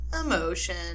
emotion